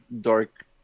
dark